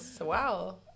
wow